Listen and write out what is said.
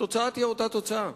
התוצאה תהיה אותה תוצאה: